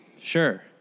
Sure